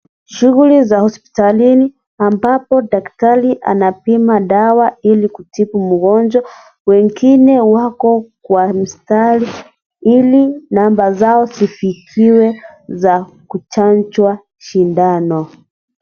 Shughuli za hospitalini ambapo daktari anapima dawa ili kutibu mgonjwa. Wengine wako kwa mstari ili namba zao zifike za kuchanjwa sindano.